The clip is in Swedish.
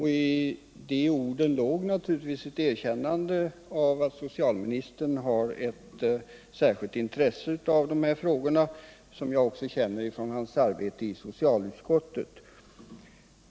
I de orden låg naturligtvis ett erkännande av att socialministern har ett särskilt intresse för dessa frågor, vilket jag också känner till från hans arbete i socialutskottet.